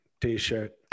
T-shirt